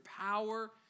power